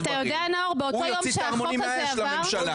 הוא יוציא את הערמונים מהאש לממשלה.